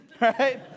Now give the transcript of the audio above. right